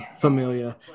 familia